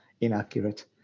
inaccurate